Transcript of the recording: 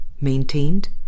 maintained